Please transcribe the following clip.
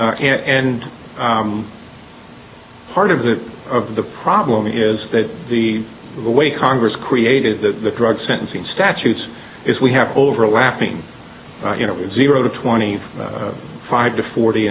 right and part of the of the problem is that the way congress created the drug sentencing statutes is we have overlapping zero to twenty five to forty